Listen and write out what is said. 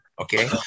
Okay